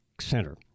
Center